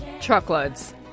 Truckloads